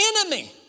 enemy